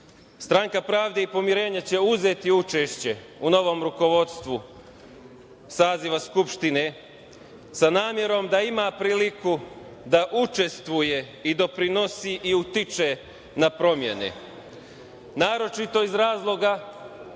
pravde i pomirenja će uzeti učešće u novom rukovodstvu saziva Skupštine, sa namerom da ima priliku da učestvuje i doprinosi i utiče na promene, naročito iz razloga